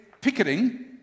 picketing